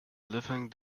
living